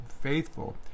faithful